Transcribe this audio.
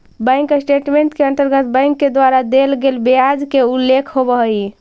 bank statement के अंतर्गत bank के द्वारा देल गेल ब्याज के उल्लेख होवऽ हइ